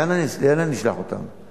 לאן אני אשלח אותם?